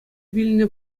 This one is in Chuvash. вилнӗ